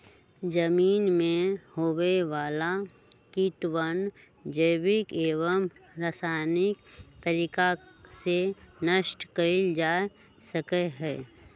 जमीन में होवे वाला कीड़वन जैविक एवं रसायनिक तरीका से नष्ट कइल जा सका हई